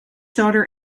daughter